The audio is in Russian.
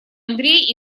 андрей